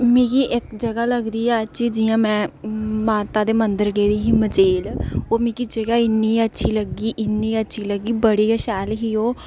मिगी इक्क जगह लगदी ऐ अच्छी जि'यां में माता दे मंदर गेदी ही मचेल ओह् मिगी जगह इ'न्नी अच्छी लग्गी की इ'न्नी अच्छी लग्गी बड़ी गै शैल लग्गी ओ